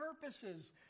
purposes